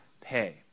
pay